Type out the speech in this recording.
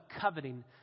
coveting